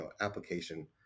application